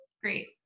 Great